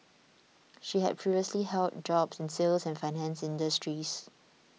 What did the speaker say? she had previously held jobs in the sales and finance industries